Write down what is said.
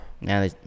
Now